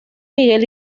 miguel